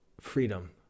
freedom